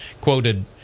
quoted